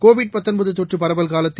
Covid தொற்றுபரவல்காலத்தில்